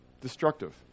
destructive